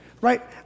right